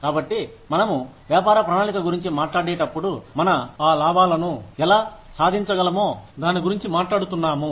కాబట్టి మనము వ్యాపార ప్రణాళిక గురించి మాట్లాడేటప్పుడు మన ఆ లాభాలను ఎలా సాధించగలమో దాని గురించి మాట్లాడుతున్నాము